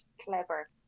clever